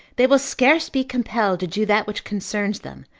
they will scarce be compelled to do that which concerns them,